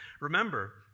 Remember